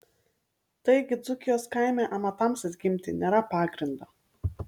taigi dzūkijos kaime amatams atgimti nėra pagrindo